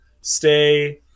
Stay